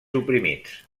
oprimits